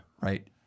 Right